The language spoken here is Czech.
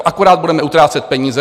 To akorát budeme utrácet peníze.